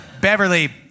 Beverly